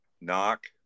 knock